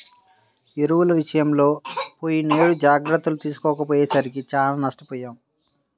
ఎరువుల విషయంలో పోయినేడు జాగర్తలు తీసుకోకపోయేసరికి చానా నష్టపొయ్యాం